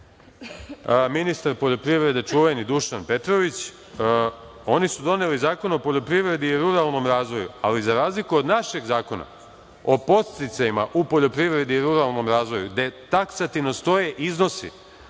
ministar poljoprivrede čuveni Dušan Petrović. Oni su doneli Zakon o poljoprivredi i ruralnom razvoju, ali za razliku od našeg zakona, o podsticajima u poljoprivredi i ruralnom razvoju, gde taksativno stoje iznosi,